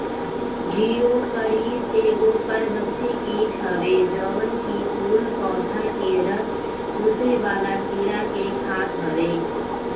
Geocoris एगो परभक्षी कीट हवे जवन की फूल पौधा के रस चुसेवाला कीड़ा के खात हवे